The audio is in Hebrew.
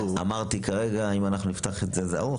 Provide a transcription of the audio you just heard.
אמרתי כרגע, אם נפתח את זה, זה ארוך.